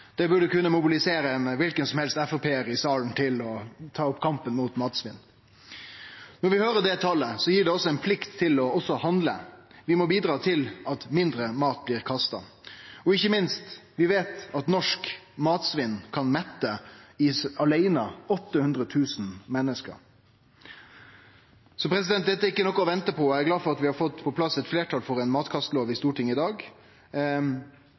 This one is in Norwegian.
Det burde kunne mobilisere kven FrP-ar som helst i salen til å ta opp kampen mot matsvinn. Når vi høyrer det talet, gir det oss ei plikt til å handle. Vi må bidra til at mindre mat blir kasta, og ikkje minst veit vi at norsk matsvinn åleine kan mette 800 000 menneske. Dette er ikkje noko å vente på. Eg er glad for at vi får eit fleirtal for ei matkastelov i Stortinget i dag.